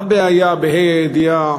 הבעיה, בה"א הידיעה,